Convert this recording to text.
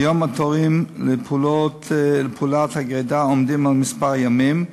כיום התורים לפעולת הגרידה עומדים על כמה ימים.